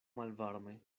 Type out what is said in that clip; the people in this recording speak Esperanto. malvarme